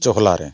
ᱪᱚᱦᱞᱟᱨᱮ